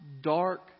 dark